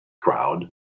crowd